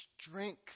strength